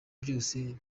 byose